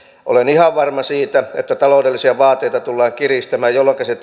olen ihan varma siitä että taloudellisia vaateita tullaan kiristämään jolloinka se